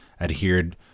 adhered